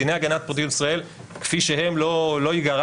דיני הגנת הפרטיות בישראל כפי שהם לא יגרע